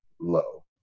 low